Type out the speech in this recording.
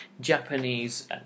Japanese